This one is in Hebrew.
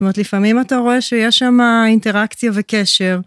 זאת אומרת, לפעמים אתה רואה שיש שם אינטראקציה וקשר.